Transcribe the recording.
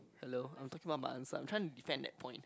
hello I'm talking about my answer I'm trying to defend that point leh